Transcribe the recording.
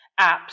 apps